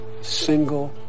single